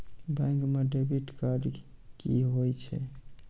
Bank म debit card की होय छै?